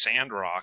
Sandrock